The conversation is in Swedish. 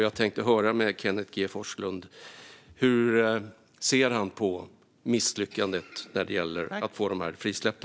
Jag tänkte höra med Kenneth G Forslund hur han ser på misslyckandet när det gäller att få dem frisläppta.